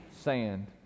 Sand